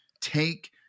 take